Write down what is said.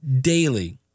daily